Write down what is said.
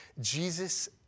Jesus